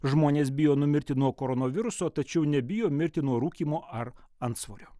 žmonės bijo numirti nuo koronaviruso tačiau nebijo mirti nuo rūkymo ar antsvorio